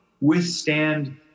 withstand